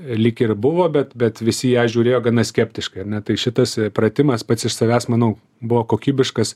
lyg ir buvo bet bet visi ją žiūrėjo gana skeptiškai ar ne tai šitas e pratimas pats iš savęs manau buvo kokybiškas